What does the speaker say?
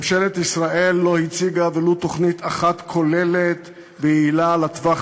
ממשלת ישראל לא הציגה ולו תוכנית אחת כוללת ויעילה לטווח